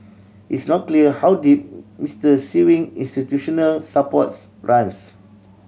it's not clear how deep Mister Sewing institutional supports runs